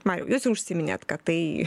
majau jūs jau užsiminėt kad tai